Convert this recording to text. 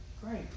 great